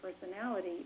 personality